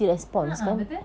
a'ah betul